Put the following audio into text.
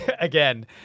again